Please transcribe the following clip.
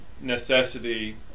necessity